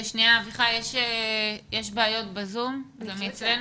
מדברים על סיוע לרשויות